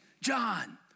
John